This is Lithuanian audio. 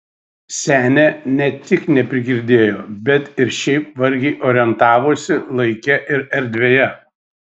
senė ne tik neprigirdėjo bet ir šiaip vargiai orientavosi laike ir erdvėje